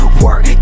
work